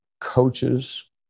coaches